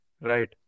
Right